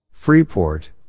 Freeport